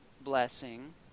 blessing